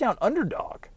underdog